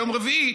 ביום רביעי,